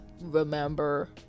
remember